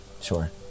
Sure